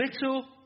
little